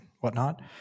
whatnot